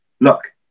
look